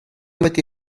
wedi